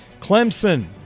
Clemson